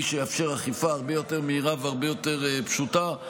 שיאפשר אכיפה הרבה יותר מהירה והרבה יותר פשוטה,